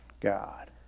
God